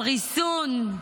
על ריסון,